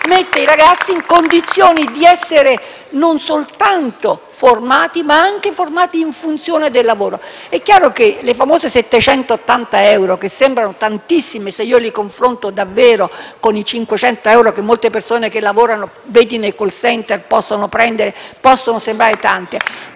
mette i ragazzi in condizione di essere non soltanto formati, ma anche formati in funzione del lavoro. È chiaro che i famosi 780 euro sembrano tantissimi se li confrontiamo con i 500 euro che molte persone che lavorano nei *call center* possono percepire